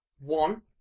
one